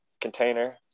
container